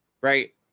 right